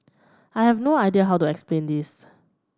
I have no idea how to explain this